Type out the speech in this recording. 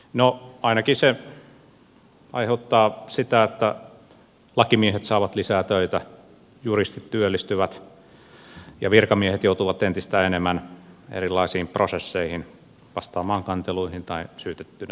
no ainakin se aiheuttaa sitä että lakimiehet saavat lisää töitä juristit työllistyvät ja virkamiehet joutuvat entistä enemmän erilaisiin prosesseihin vastaamaan kanteluihin tai syytettyinä